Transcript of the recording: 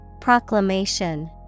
Proclamation